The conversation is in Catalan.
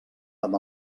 amb